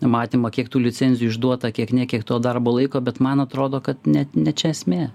matymą kiek tų licencijų išduota kiek nė kiek to darbo laiko bet man atrodo kad net ne čia esmė